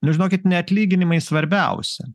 nu žinokit ne atlyginimai svarbiausia